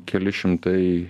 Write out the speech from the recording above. keli šimtai